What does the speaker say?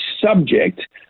subject